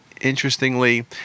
interestingly